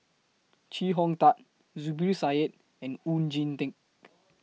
Chee Hong Tat Zubir Said and Oon Jin Teik